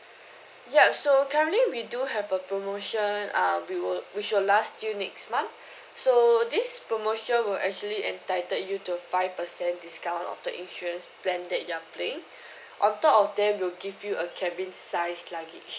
yup so currently we do have a promotion um we will which will last till next month so this promotion will actually entitled you to five percent discount of the insurance plan that you're paying on top of that we'll give you a cabin size luggage